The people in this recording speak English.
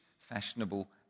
fashionable